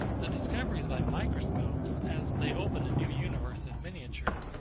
the discoveries by microscopes, as they open a new universe in miniature,